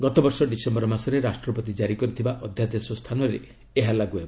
ଗତ ବର୍ଷ ଡିସେମ୍ବର ମାସରେ ରାଷ୍ଟ୍ରପତି ଜାରି କରିଥିବା ଅଧ୍ୟାଦେଶ ସ୍ଥାନରେ ଏହା ଲାଗୁ ହେବ